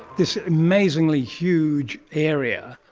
this amazingly huge area,